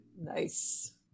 Nice